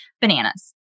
bananas